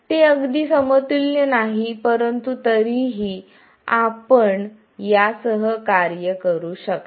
तर ते अगदी समतुल्य नाही परंतु तरीही आपण यासह कार्य करू शकता